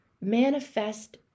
manifest